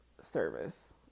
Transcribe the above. service